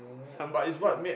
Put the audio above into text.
something